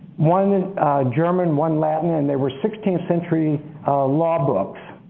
one german, one latin and they were sixteenth century law books.